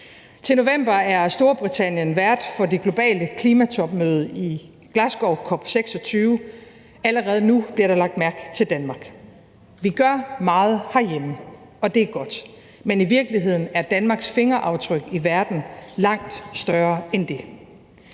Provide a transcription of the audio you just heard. Til november er Storbritannien vært for det globale klimatopmøde i Glasgow, COP26, og allerede nu bliver der lagt mærke til Danmark. Vi gør meget herhjemme, og det er godt, men i virkeligheden er Danmarks fingeraftryk i verden langt større end det.